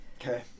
okay